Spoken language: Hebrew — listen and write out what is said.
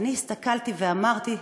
ואני הסתכלתי ואמרתי: